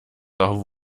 auch